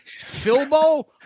Philbo